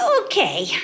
Okay